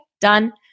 done